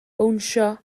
bownsio